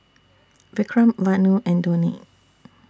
Vikram Vanu and Dhoni